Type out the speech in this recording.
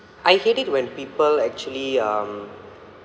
I hate it when people actually um